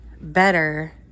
better